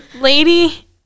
Lady